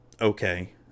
okay